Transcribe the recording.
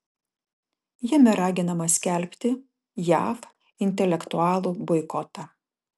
jame raginama skelbti jav intelektualų boikotą